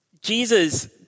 Jesus